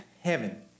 heaven